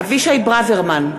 אבישי ברוורמן,